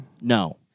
No